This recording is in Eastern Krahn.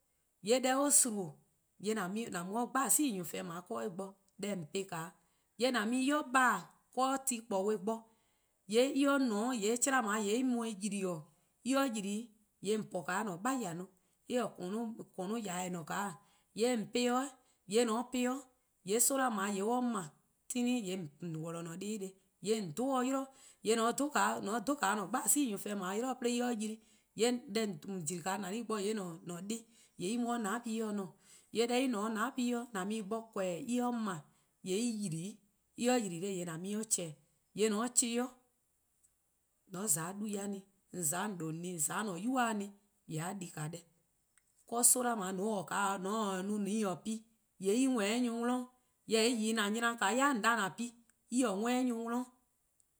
:Yee' deh or suma'-', :yee' :an mu 'de :bhasi' wlon+ :dao' 'de on bo, deh :on po-ih 'de :yee' :an mu-ih ba-dih: 'do ti :bei: bo, :yee' :mor en :ne 'o :yee' 'chlan :dao' or mu-ih :yli-dih:, :mor or :yli-dih-' :yee' :on po 'de :an-a' 'beheh: 'i, en :ne :koano'-yor-eh :eh :ne-a 'o :yee' :on po-ih 'de 'weh, :yee' :mor :on po-ih 'de, soma' :dao' :mor or ma klehkpeh, :yee' :on worlor: :an-a'a: dih 'weh :neheh' :yee' :on dhe-or 'yli-dih, :mor :on dhe 'o :an :bhasi'-wlon+ 'yli-dih 'de en 'ye yli, :yee' deh :on jli-a neh bo-dih :yee' :an-a'a: dih en mu 'o :nane ken :ne, :mor en :ne 'o :nane' ken :yee' :an mu-ih bo :korn-dih :mor en ma :yee' en yli. :mor en yli :neheh' :yee' :an mu-ih 'yli :za, :mor :on za-ih 'yli, :mor :on :za 'o 'duhba'+-a ne, :on :za 'o 'an-a; 'jeh-yor-eh-a ne, :on :za 'o :an-a'a: 'nynuu:-a ne :yee' a di-deh. 'ka soma' :mor :on ta 'o no :on taa-or pi :yee' or :nmor worn 'de nyor+ 'worn, jorwor: en :yih :an nyna-dih-a yai' :an pi-a en-' :nmor 'de nyor+ 'worn dih.